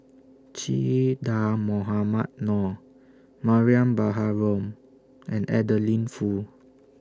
Che Dah Mohamed Noor Mariam Baharom and Adeline Foo